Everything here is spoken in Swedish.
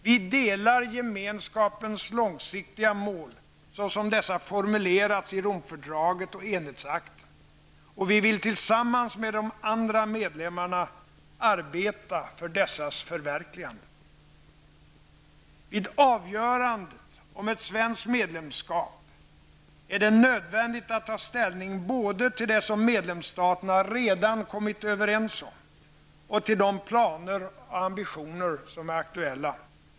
Vi delar Gemenskapens långsiktiga mål, så som dessa formulerats i Romfördraget och Enhetsakten, och vill tillsammans med de andra medlemmarna arbeta för dessas förverkligande. Vid avgörandet om ett svenskt medlemskap är det nödvändigt att ta ställning både till det som medlemsstaterna redan kommit överens om och till de planer och ambitioner som är aktuella.